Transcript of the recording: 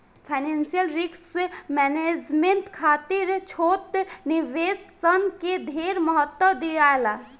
financial risk management खातिर छोट निवेश सन के ढेर महत्व दियाला